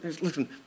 listen